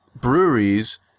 breweries